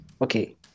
okay